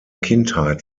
kindheit